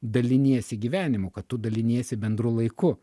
daliniesi gyvenimu kad tu daliniesi bendru laiku